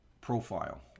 profile